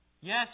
Yes